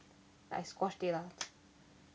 like I squashed it lah